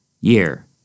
year